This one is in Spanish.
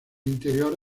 interior